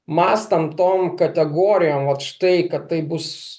mąstant tom kategorijom vat štai kad taip bus